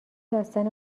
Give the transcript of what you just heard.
داستان